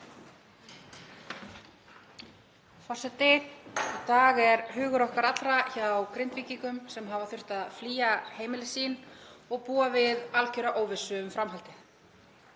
dag er hugur okkar allra hjá Grindvíkingum sem hafa þurft að flýja heimili sín og búa við algera óvissu um framhaldið.